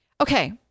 okay